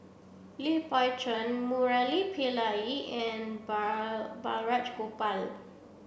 Lee Pao Chuen Murali Pillai it and Bar Balraj Gopal